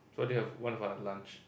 of one of a lunch